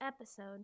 episode